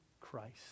Christ